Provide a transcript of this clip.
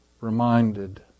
reminded